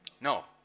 No